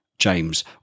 James